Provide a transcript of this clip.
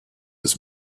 his